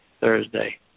Thursday